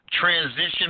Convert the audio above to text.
transition